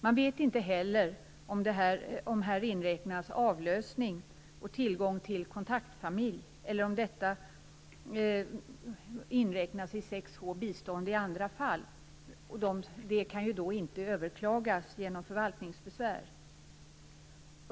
Man vet inte heller om här inräknas avlösning och tillgång till kontaktfamilj, eller om detta inräknas i 6 h, "bistånd i andra fall", vilket inte kan överklagas genom förvaltningsbesvär.